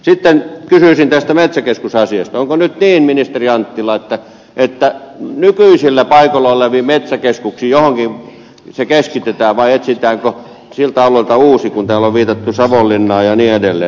onko nyt niin ministeri anttila että johonkin nykyisillä paikoilla oleviin metsäkeskuksiin se keskitetään vai etsitäänkö siltä alueelta uusi kun täällä on viitattu savonlinnaan ja niin edelleen